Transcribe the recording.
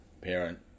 parent